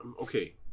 okay